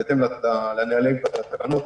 בהתאם לנהלים ולתקנות.